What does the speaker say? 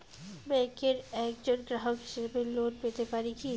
ব্যাংকের একজন গ্রাহক হিসাবে লোন পেতে পারি কি?